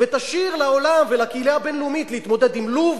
ותשאיר לעולם ולקהילה הבין-לאומית להתמודד עם לוב